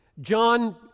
John